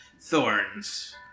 thorns